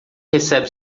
recebe